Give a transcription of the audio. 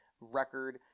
record